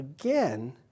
again